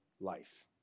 life